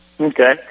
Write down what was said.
Okay